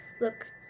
Look